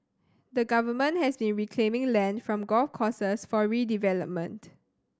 the government has been reclaiming land from golf courses for redevelopment